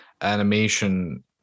animation